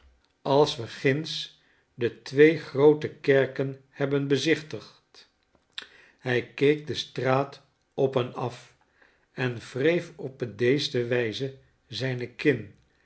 als we ginds de twee groote kerken hebben bezichtigd hij keek de straat op en af en wreef op bedeesde wijze zijne kin